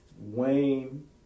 Wayne